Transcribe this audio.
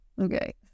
okay